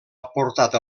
aportat